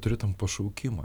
turi tam pašaukimą